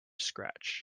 scratch